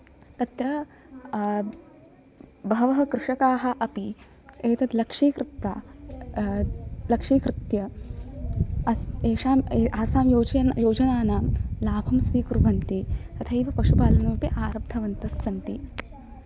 तत्र बहवः कृषकाः अपि एतत् लक्ष्यीकृत्वा लक्ष्यीकृत्य तेषां आसां योजनानां लाभं स्वीकुर्वन्ति तथैव पशुपालनम् अपि आरब्धवन्तः सन्ति